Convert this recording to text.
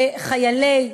לחיילים,